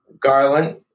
Garland